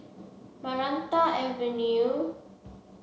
Maranta Avenue